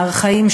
הארכאיים,